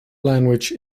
language